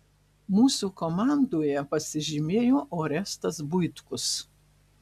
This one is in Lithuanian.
mūsų komandoje pasižymėjo orestas buitkus